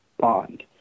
bond